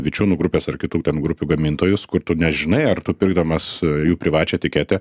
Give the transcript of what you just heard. vičiūnų grupės ar kitų ten grupių gamintojus kur tu nežinai ar tu pirkdamas jų privačią etiketę